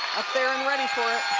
up there and ready for it.